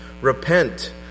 Repent